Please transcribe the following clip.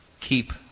keep